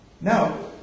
Now